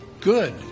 good